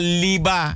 liba